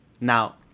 now